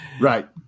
Right